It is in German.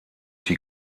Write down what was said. die